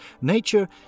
Nature